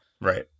Right